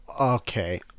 Okay